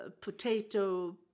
potato